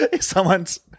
Someone's